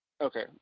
Okay